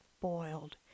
boiled